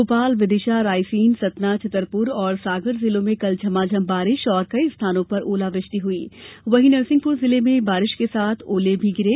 भोपाल विदिशा रायसेन सतना छतरपुर और सागर जिलों में कल झमाझम बारिश और कई स्थानों पर ओलावृष्टि हुई वहीं नरसिंहपुर जिले में बारिश के साथ ओले भी गिरे